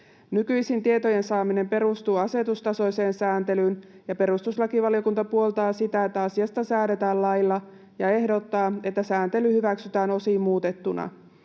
Nykyisin tietojen saaminen perustuu asetustasoiseen sääntelyyn, ja perustuslakivaliokunta puoltaa sitä, että asiasta säädetään lailla, ja ehdottaa, että sääntely hyväksytään osin muutettuna.